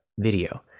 video